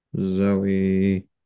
Zoe